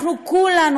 אנחנו כולנו,